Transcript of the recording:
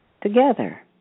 Together